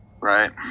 right